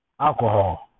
alcohol